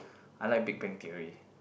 I like big bang theory